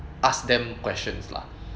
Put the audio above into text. ask them questions lah